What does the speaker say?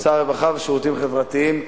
שר הרווחה והשירותים החברתיים.